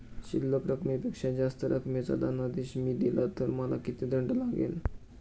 शिल्लक रकमेपेक्षा जास्त रकमेचा धनादेश मी दिला तर मला किती दंड लागेल?